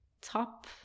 top